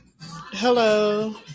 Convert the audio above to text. hello